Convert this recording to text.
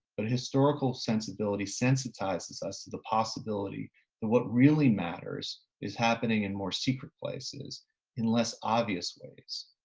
but historical sensibility sensitizes us to the possibility that what really matters is happening in more secret places in less obvious ways.